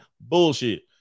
Bullshit